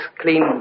clean